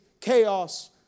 chaos